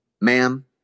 Ma'am